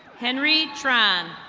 henry tran.